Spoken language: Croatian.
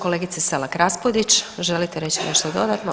Kolegice Selak Raspudić želite reći nešto dodatno?